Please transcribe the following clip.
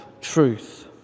truth